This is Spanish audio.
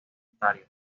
ontario